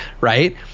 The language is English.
right